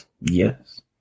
Yes